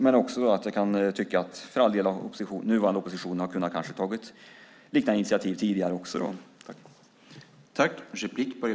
Men också ni i den nuvarande oppositionen hade tidigare kanske kunnat ta liknande initiativ, kan jag tycka.